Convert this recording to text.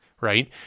right